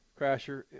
Crasher